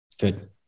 Good